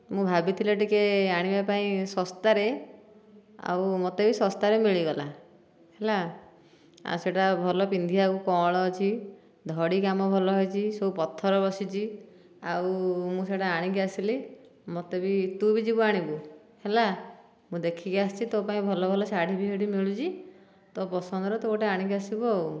ମୁଁ ଭାବିଥିଲି ଟିକେ ଆଣିବା ପାଇଁ ଶସ୍ତାରେ ଆଉ ମୋତେ ବି ଶସ୍ତାରେ ମିଳିଗଲା ହେଲା ଆଉ ସେଟା ଭଲ ପିନ୍ଧିବାକୁ କଅଁଳ ଅଛି ଧଡ଼ି କାମ ଭଲ ହୋଇଛି ସବୁ ପଥର ବସିଛି ଆଉ ମୁଁ ସେଟା ଆଣିକି ଆସିଲି ମୋତେ ବି ତୁ ବି ଯିବୁ ଆଣିବୁ ହେଲା ମୁଁ ଦେଖିକି ଆସିଛି ତୋ ପାଇଁ ଭଲ ଭଲ ଶାଢ଼ୀ ବି ହେଠି ମିଳୁଛି ତୋ ପସନ୍ଦର ତୁ ଗୋଟେ ଆଣିକି ଆସିବୁ ଆଉ